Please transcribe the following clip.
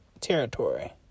territory